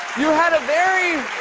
you had a very.